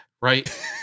right